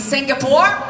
Singapore